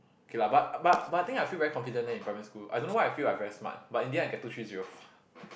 okay lah but but but I think I feel very confident leh in primary school I don't know why I feel like I very smart but in the end I get two three zero